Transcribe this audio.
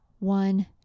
One